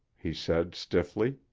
he said stiffly.